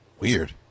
Weird